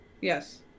Yes